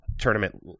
tournament